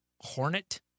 hornet